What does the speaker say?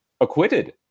acquitted